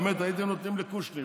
הייתם נותנים לקושניר,